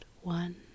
one